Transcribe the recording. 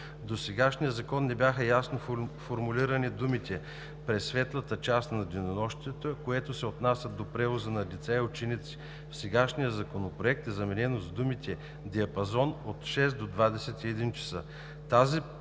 досегашния закон не бяха ясно формулирани думите „през светлата част на денонощието“, което се отнася до превоза на деца и ученици. В сегашния законопроект е заменено с думите „диапазон от 6,00 и 21,00